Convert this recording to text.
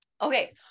okay